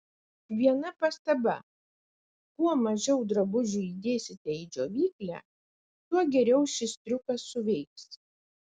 viena pastaba kuo mažiau drabužių įdėsite į džiovyklę tuo geriau šis triukas suveiks